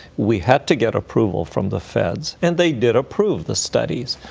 we had to get approval from the feds. and they did approve the studies.